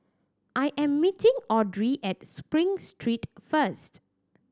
I am meeting Audrey at Spring Street first